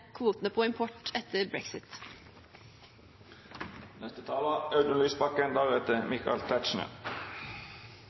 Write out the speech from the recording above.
kvotene for import etter brexit.